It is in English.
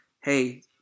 hey